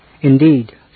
Indeed